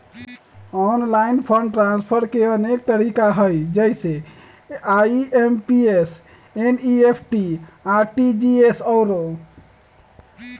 online fund transfer के अनेक तरिका हइ जइसे आइ.एम.पी.एस, एन.ई.एफ.टी, आर.टी.जी.एस आउरो